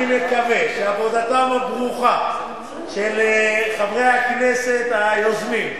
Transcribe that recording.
אני מקווה שעבודתם הברוכה של חברי הכנסת היוזמים,